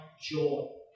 joy